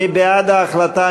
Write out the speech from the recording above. מי בעד ההחלטה?